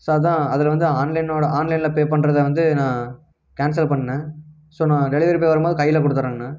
so அதுதான் அதில் வந்து ஆன்லைனோடு ஆன்லைனில் பே பண்ணுறத வந்து நான் கேன்சல் பண்ணிணேன் ஸோ நான் டெலிவரி பாய் வரும் போது கையில் கொடுத்துட்றேங்கண்ணா